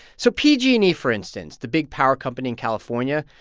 so pg and e, for instance, the big power company in california,